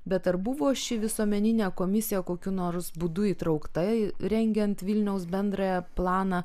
bet ar buvo ši visuomeninė komisija kokiu nors būdu įtraukta rengiant vilniaus bendrąjį planą